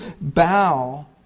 bow